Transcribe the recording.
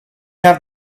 have